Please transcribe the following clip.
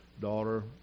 daughter